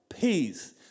peace